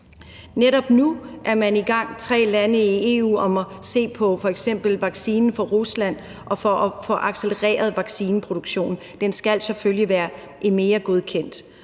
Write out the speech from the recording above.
Netop nu er tre lande i EU i gang med at se på f.eks. vaccinen fra Rusland og på at få accelereret vaccineproduktionen. Den skal selvfølgelig være EMA-godkendt.